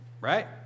Right